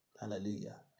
Hallelujah